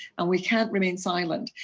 and we can't remain silent,